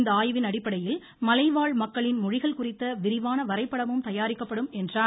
இந்த ஆய்வின் அடிப்படையில் மலைவாழ் மக்களின் மொழிகள் குறித்த விரிவான வரைபடமும் தயாரிக்கப்படும் என்று கூறினார்